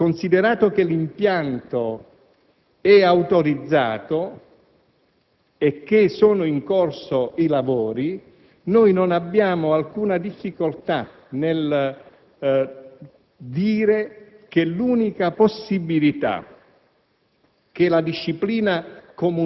Per questo motivo, considerato che l'impianto è autorizzato e che sono in corso i lavori, non abbiamo alcuna difficoltà nel dire che l'unica possibilità